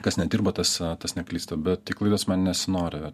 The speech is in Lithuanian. kas nedirba tas tas neklysta bet į klaidas man nesinori